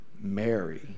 Mary